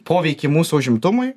poveikį mūsų užimtumui